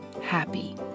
happy